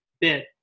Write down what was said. bit